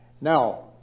Now